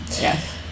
Yes